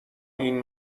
این